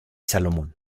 salomón